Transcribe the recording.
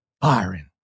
Byron